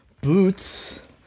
boots